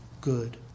good